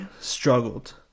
struggled